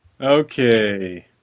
Okay